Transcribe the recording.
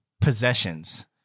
possessions